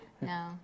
No